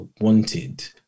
wanted